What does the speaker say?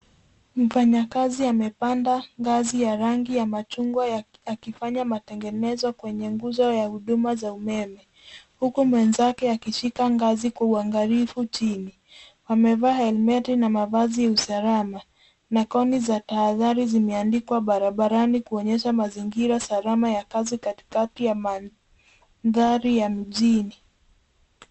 Mfanyakazi amepanda ngazi ya rangi ya machungwa akifanya matengenezo kwenye nguzo ya huduma za umeme huku mwenzake akishika ngazi kwa uangalifu chini. Wamevaa helmeti na mavazi ya usalama na koni za tahadhari zimeanikwa barabarani kuonyesha mazingira salama ya kazi katikati ya mandhari ya mjini.